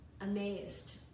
amazed